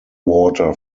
water